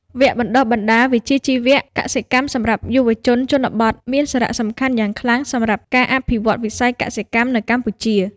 វគ្គបណ្តុះបណ្តាលវិជ្ជាជីវៈកសិកម្មសម្រាប់យុវជនជនបទមានសារៈសំខាន់យ៉ាងខ្លាំងសម្រាប់ការអភិវឌ្ឍវិស័យកសិកម្មនៅកម្ពុជា។